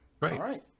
Right